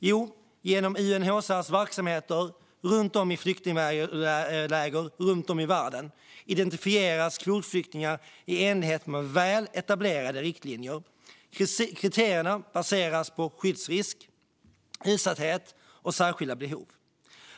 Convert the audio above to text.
Jo, genom UNHCR:s verksamheter i flyktingläger runt om i världen identifieras kvotflyktingar i enlighet med väl etablerade riktlinjer. Kriterierna baseras på skyddsrisk, utsatthet och särskilda behov.